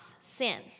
sin